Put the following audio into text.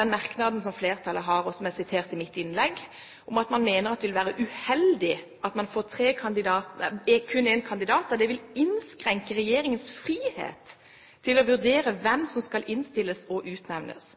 den merknaden som flertallet har, og som jeg siterte i mitt innlegg, om at man mener at det vil være «uheldig» at man får kun én kandidat, «da det vil innskrenke regjeringens frihet til å vurdere hvem som skal innstilles og utnevnes».